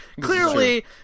Clearly